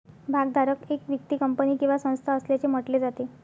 भागधारक एक व्यक्ती, कंपनी किंवा संस्था असल्याचे म्हटले जाते